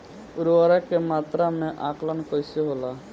उर्वरक के मात्रा में आकलन कईसे होला?